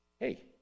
Hey